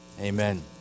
Amen